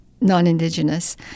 non-Indigenous